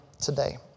today